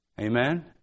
Amen